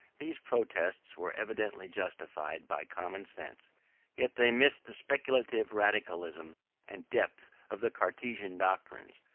these protests were evidently justified by common sense yet they missed the speculative radicalism and depth of the cartesian doctrines,